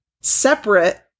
separate